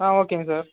ஆ ஓகேங்க சார்